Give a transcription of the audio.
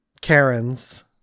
Karen's